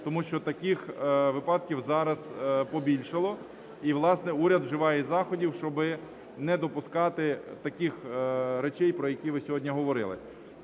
тому що таких випадків зараз побільшало, і, власне, уряд вживає заходів, щоб не допускати таких речей, про які ви сьогодні говорили.